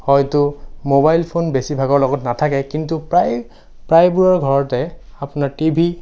হয়তো mobile phone বেছিভাগৰ লগত নাথাকে কিন্তু প্ৰায় প্ৰায়বোৰৰ ঘৰতে আপোনাৰ টিভি